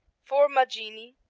formaggini,